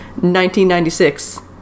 1996